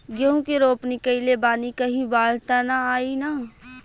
गेहूं के रोपनी कईले बानी कहीं बाढ़ त ना आई ना?